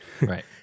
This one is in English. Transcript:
Right